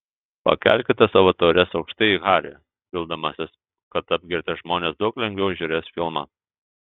pakelkite savo taures aukštai į harį vildamasis kad apgirtę žmonės daug lengviau žiūrės filmą